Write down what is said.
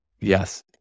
yes